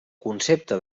concepte